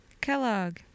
Kellogg